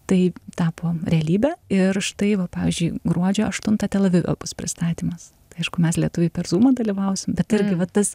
tai tapo realybe ir štai pavyzdžiui gruodžio aštuntą tel avive bus pristatymas aišku mes lietuviai per zumą dalyvausim bet irgi va tas